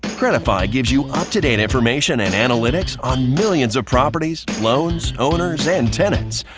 credifi gives you up-to-date information and analytics on millions of properties, loans, owners and tenants,